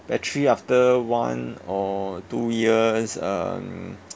battery after one or two years um